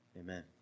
Amen